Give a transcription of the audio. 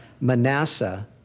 Manasseh